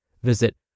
Visit